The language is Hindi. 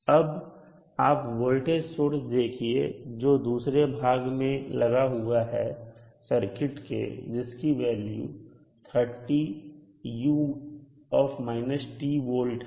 अब आप वोल्टेज सोर्स देखिए जो दूसरे भाग में लगा हुआ है सर्किट के जिसकी वैल्यू V है